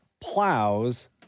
plows